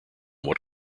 what